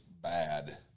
bad